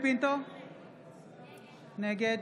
נגד